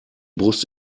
brust